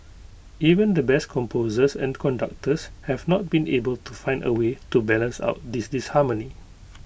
even the best composers and conductors have not been able to find A way to balance out this disharmony